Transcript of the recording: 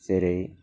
जेरै